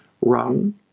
run